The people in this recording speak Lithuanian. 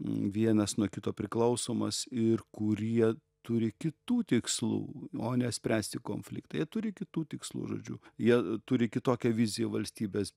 vienas nuo kito priklausomas ir kurie turi kitų tikslų o ne spręsti konfliktą jie turi kitų tikslų žodžiu jie turi kitokią viziją valstybės